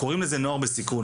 קוראים לזה "נוער בסיכון".